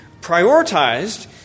prioritized